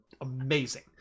amazing